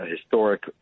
historic